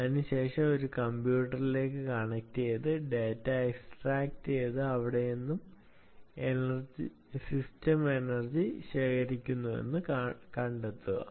അതിനുശേഷം ഒരു കമ്പ്യൂട്ടറിലേക്ക് കണക്റ്റുചെയ്ത് ഡാറ്റ എക്സ്ട്രാക്റ്റുചെയ്ത് എവിടെ നിന്ന് സിസ്റ്റം എനർജി ശേഖരിക്കുന്നുവെന്ന് കണ്ടെത്തുക